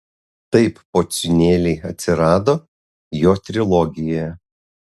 taip pociūnėliai atsirado jo trilogijoje